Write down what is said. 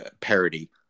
parody